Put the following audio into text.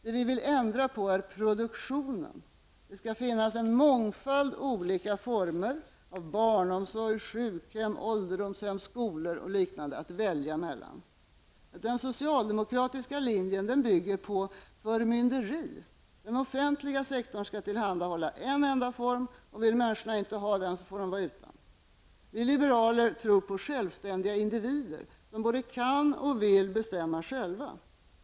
Det vi vill ändra på är produktionen -- det skall finnas en mångfald olika former av barnomsorg, sjukhem, ålderdomshem, skolor och liknande, att välja mellan. Den socialdemokratiska linjen bygger på förmynderi -- den offentliga sektorn skall tillhandahålla en enda form, och vill människorna inte ha den får de vara utan. Vi liberaler tror på självständiga individer som både kan och vill bestämma själva.